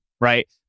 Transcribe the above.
Right